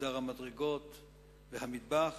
חדר המדרגות והמטבח,